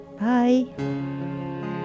Bye